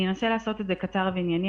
אני אנסה לעשות את זה קצר וענייני,